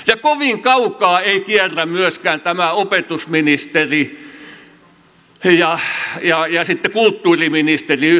ja kovin kaukaa ei kierrä myöskään tämä opetusministerin ja sitten kulttuuriministerin yhdistäminen